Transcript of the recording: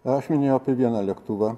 aš minėjau apie vieną lėktuvą